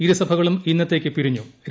ഇരുസഭകളും ഇന്നത്തേയ്ക്ക് പിരിഞ്ഞു്